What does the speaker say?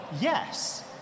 yes